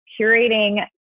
curating